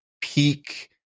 peak